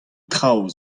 traoù